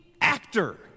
actor